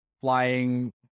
flying